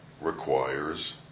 requires